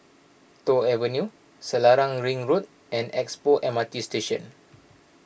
Toh Avenue Selarang Ring Road and Expo M R T Station